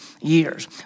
years